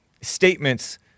statements